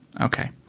Okay